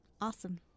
Awesome